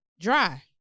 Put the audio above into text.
dry